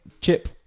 Chip